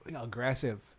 aggressive